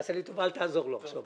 תעשה לי טובה, אל תעזור לו עכשיו.